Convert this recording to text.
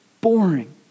boring